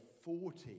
forty